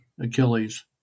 Achilles